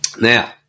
Now